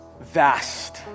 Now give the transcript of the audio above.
vast